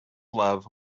love